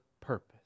purpose